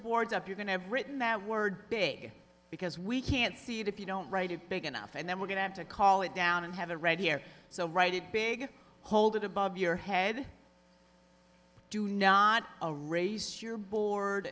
boards up you're going to have written that word big because we can't see it if you don't write it big enough and then we're going to have to call it down and have a read here so write it big hold it above your head do not a raise your board